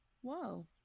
Whoa